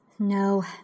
No